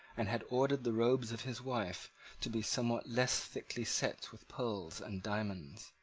and had ordered the robes of his wife to be somewhat less thickly set with pearls and diamonds.